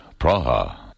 Praha